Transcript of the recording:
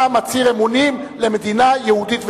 אתה מצהיר אמונים למדינה יהודית ודמוקרטית.